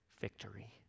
victory